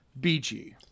BG